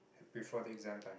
before the exam time